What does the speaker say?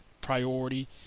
priority